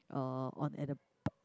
uh on at the b~